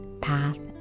path